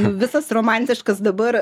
visas romantiškas dabar